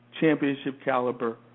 championship-caliber